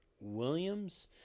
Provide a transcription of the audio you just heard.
Williams